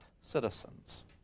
citizens